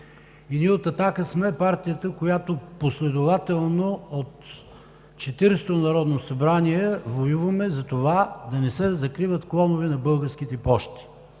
Ние от „Атака“ сме партията, която последователно, от Четиридесето народно събрание воюваме за това да не се закриват клонове на Български пощи.